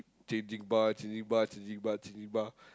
changing bar changing bar changing bar changing bar